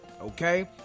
Okay